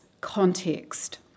context